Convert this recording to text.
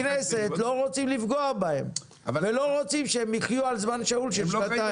בכנסת לא רוצים לפגוע בהם ולא רוצים שהם יחיו על זמן שאול של שנתיים.